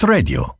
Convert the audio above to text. Radio